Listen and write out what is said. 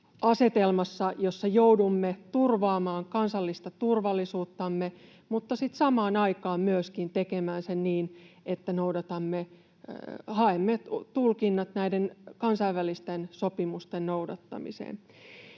asetelmassa, jossa joudumme turvaamaan kansallista turvallisuuttamme mutta sitten samaan aikaan myöskin tekemään sen niin, että haemme tulkinnat näiden kansainvälisten sopimusten noudattamiseen.